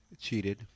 cheated